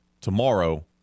Tomorrow